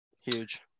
Huge